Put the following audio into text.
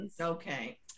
Okay